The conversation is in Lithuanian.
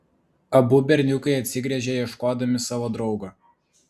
abu berniukai atsigręžė ieškodami savo draugo